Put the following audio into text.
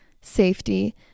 safety